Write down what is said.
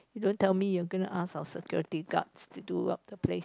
you don't tell me you are gonna ask our security guards to do up the place